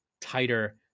tighter